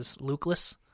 Luke-less